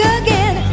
again